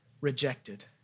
rejected